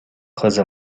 кызы